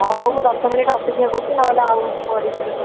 ହଁ ହଉ ମୁଁ ଦଶ ମିନିଟ୍ ଅପେକ୍ଷା କରୁଛି ନହେଲେ ଆଉ କିଛି କରିବି ବ୍ୟବସ୍ଥା ଆଉ